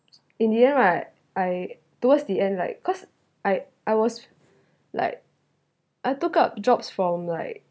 in the end right I towards the end like cause I I was like I took up jobs for like